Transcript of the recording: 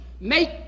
make